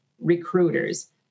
recruiters